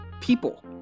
people